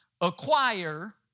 Acquire